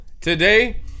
Today